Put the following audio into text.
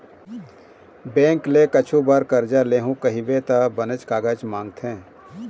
bank ले कुछु बर करजा लेहूँ कहिबे त बनेच कागज मांगथे